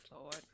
Lord